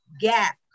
gap